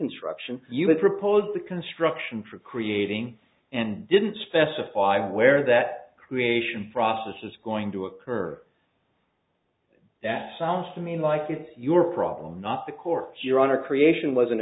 struction you had proposed the construction for creating and didn't specify where that creation process is going to occur that sounds to me like it's your problem not the